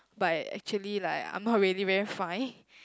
but actually like I'm not really very fine